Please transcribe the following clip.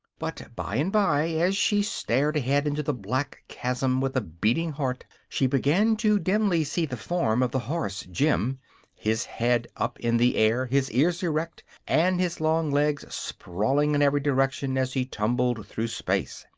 but bye and bye, as she stared ahead into the black chasm with a beating heart, she began to dimly see the form of the horse jim his head up in the air, his ears erect and his long legs sprawling in every direction as he tumbled through space.